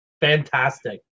fantastic